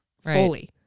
fully